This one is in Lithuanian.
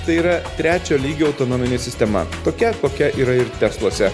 tai yra trečio lygio autonominė sistema tokia kokia yra ir testuose